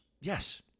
Yes